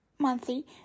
monthly